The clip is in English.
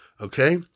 okay